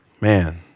Man